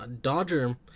Dodger